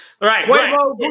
Right